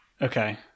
Okay